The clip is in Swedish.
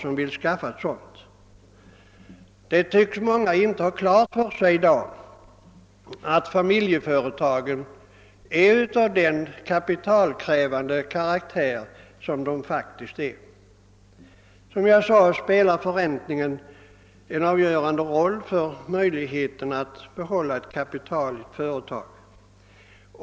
Många tycks i dag inte ha klart för sig att familjeföretagen är av så kapitalkrävande karaktär. Som jag sade spelar förräntningen en avgörande roll för möjligheten att behålla kapital i ett företag.